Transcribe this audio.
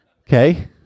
Okay